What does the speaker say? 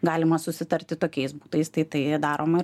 galima susitarti tokiais būdais tai tai daroma